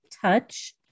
touch